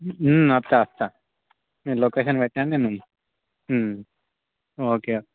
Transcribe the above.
వస్తా వస్తా మీరు లొకేషన్ పెట్టండి నేను ఓకే